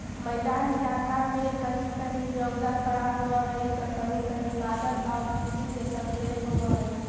मैदानी इलाका में कहीं कहीं रउदा कड़ा होब हई त कहीं कहीं बादल आउ बुन्नी के संकेत होब हई